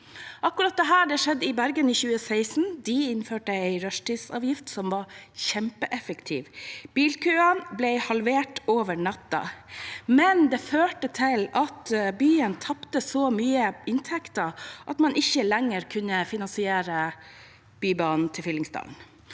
Akkurat dette skjedde i Bergen i 2016. De innførte en rushtidsavgift som var kjempeeffektiv. Bilkøene ble halvert over natten, men det førte til at byen tapte så mye inntekter at man ikke lenger kunne finansiere Bybanen til Fyllingsdalen.